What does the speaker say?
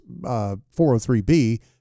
403b